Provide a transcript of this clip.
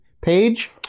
page